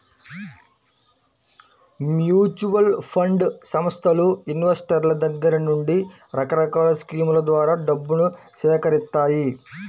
mutual fund సంస్థలు ఇన్వెస్టర్ల దగ్గర నుండి రకరకాల స్కీముల ద్వారా డబ్బును సేకరిత్తాయి